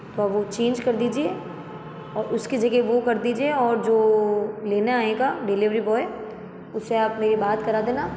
तो अब वो चेंज कर दीजिए और उसके जगह वो कर दीजिए और जो लेना आएगा डिलिवरी बॉय उससे आप मेरी बात करा देना